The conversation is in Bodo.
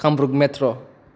कामरुप मेट्र'